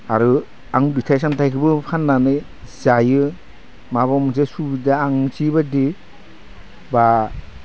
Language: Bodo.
आरो आं फिथाइ सामथायखोबो फाननानै जायो माबा मोनसे सुबिदा आं मिथियै बायदि बा